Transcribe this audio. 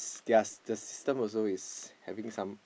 theirs the system also is having some